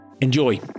Enjoy